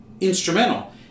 instrumental